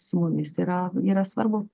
su mumis yra yra svarbu